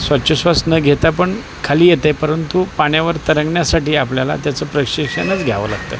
श्वासोच्छ्ववास न घेता पण खाली येतं आहे परंतु पाण्यावर तरंगण्यासाठी आपल्याला त्याचं प्रशिक्षणच घ्यावं लागतं